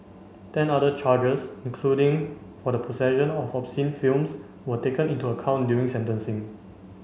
ten other charges including for the possession of obscene films were taken into account during sentencing